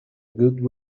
good